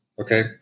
okay